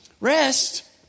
Rest